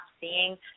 seeing